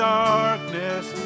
darkness